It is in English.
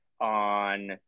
on